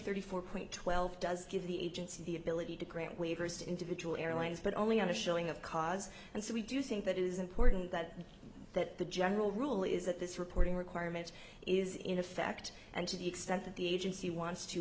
thirty four point twelve does give the agency the ability to grant waivers to individual airlines but only on the showing of cars and so we do think that it is important that that the general rule is that this reporting requirements is in effect and to the extent that the agency wants to